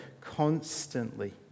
constantly